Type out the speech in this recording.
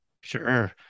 Sure